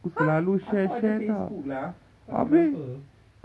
!huh! aku ada facebook lah kau dah lupa